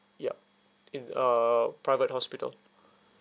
yup in a private hospital